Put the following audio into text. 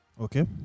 Okay